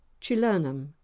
Chilernum